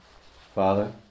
Father